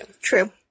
True